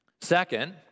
Second